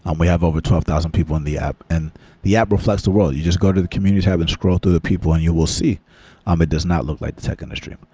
um we have over twelve thousand people in the app, and the app reflects the world. you just go to the community tab and scroll through the people and you will see um it does not look like the tech industry.